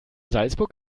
salzburg